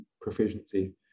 proficiency